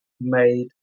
made